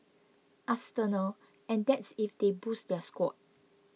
arsenal and that's if they boost their squad